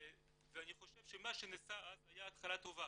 ואני חושב שמה שנעשה אז היה התחלה טובה.